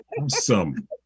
awesome